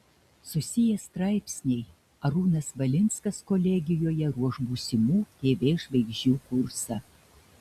susiję straipsniai arūnas valinskas kolegijoje ruoš būsimų tv žvaigždžių kursą